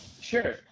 Sure